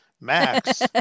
Max